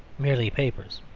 merely papers.